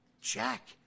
Jack